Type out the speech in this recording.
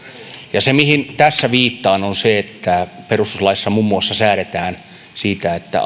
ja se mihin tässä viittaan on se perustuslaissa muun muassa säädetään siitä että